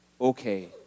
Okay